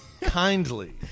Kindly